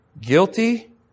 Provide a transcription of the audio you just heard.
Guilty